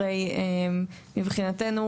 הרי מבחינתו,